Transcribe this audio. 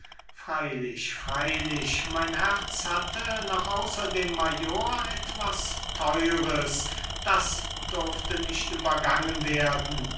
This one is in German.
freilich freilich mein herz hatte noch außer dem major etwas theures das durfte nicht übergangen werden verletzung